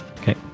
Okay